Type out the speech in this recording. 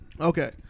Okay